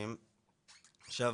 עכשיו,